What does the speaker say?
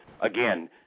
again